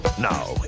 Now